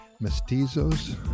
mestizos